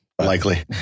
Likely